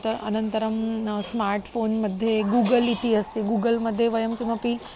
त अनन्तरं स्मार्ट् फ़ोन्मध्ये गूगल् इति अस्ति गूगल्मध्ये वयं किमपि